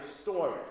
story